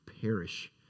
perish